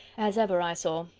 as ever i saw.